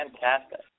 Fantastic